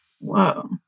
Whoa